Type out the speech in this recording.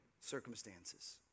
circumstances